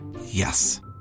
Yes